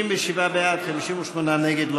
57 בעד, 58 נגד.